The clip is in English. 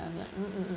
of that mm mm mm